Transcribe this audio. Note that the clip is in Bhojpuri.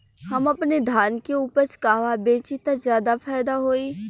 हम अपने धान के उपज कहवा बेंचि त ज्यादा फैदा होई?